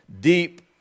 deep